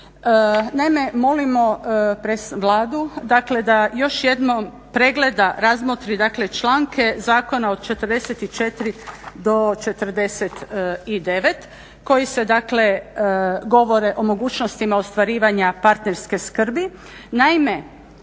Naime, molimo Vladu dakle da još jednom pregleda, razmotri dakle članka zakona od 44.-49. koji se dakle govore o mogućnostima ostvarivanja parterske skrbi.